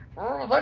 oh but